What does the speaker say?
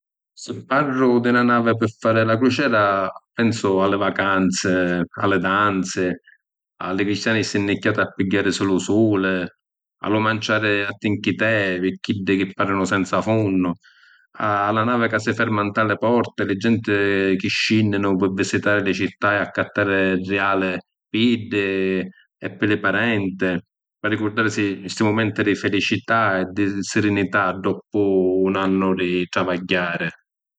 Si’ parru di na navi pi fari la crucera, pensu a li vacanzi, a li danzi, a li cristiani stinnicchiati a pigghiarisi lu suli, a lu manciari a tinchitè pi chiddi chi parinu senza funnu, a la navi ca si ferma nta li porti e li genti chi scinninu pi visitari li cità e accattari riàli pi iddi e pi li parenti, p’arrigurdarisi sti mumenti di filicità e di sirinità doppu un annu di travagghiari.